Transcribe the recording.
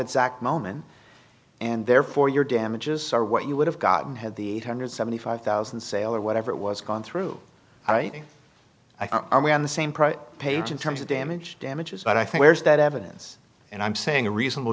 exact moment and therefore your damages are what you would have gotten had the eight hundred and seventy five thousand sale or whatever it was gone through and i are we on the same price page in terms of damage damages but i think there's that evidence and i'm saying a reasonable